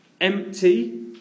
empty